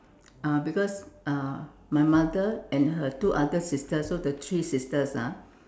uh because uh my mother and her two other sisters so the three sisters ah